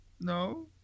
No